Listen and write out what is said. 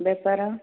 ବେପାର